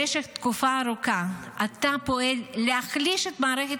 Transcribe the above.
במשך תקופה ארוכה אתה פועל להחליש את מערכת